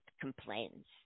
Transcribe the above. complains